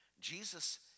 Jesus